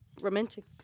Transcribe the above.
romantic